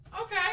Okay